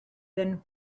than